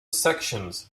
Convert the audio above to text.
sections